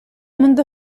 منذ